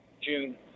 June